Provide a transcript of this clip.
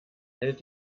hält